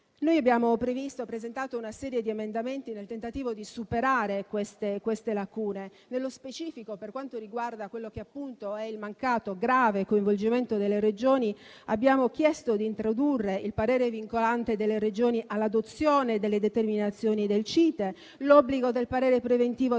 Noi abbiamo presentato una serie di emendamenti nel tentativo di superare queste lacune. Nello specifico, per quanto riguarda il grave mancato coinvolgimento delle Regioni, abbiamo chiesto di introdurre il parere vincolante delle Regioni all'adozione delle determinazioni del Comitato interministeriale